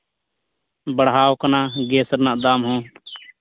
ᱵᱟᱲᱦᱟᱣ ᱠᱟᱱᱟ ᱜᱮᱥ ᱨᱮᱱᱟᱜ ᱫᱟᱢ ᱦᱚᱸ